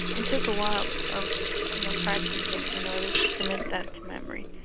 and took a while of you know practicing in order to commit that to memory.